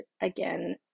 again